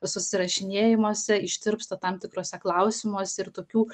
susirašinėjimuose ištirpsta tam tikruose klausimuose ir tokių